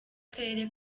akarere